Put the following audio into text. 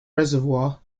reservoir